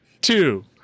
two